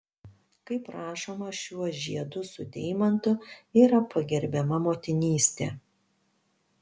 kaip rašoma šiuo žiedu su deimantu yra pagerbiama motinystė